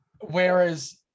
Whereas